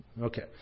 Okay